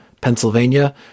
Pennsylvania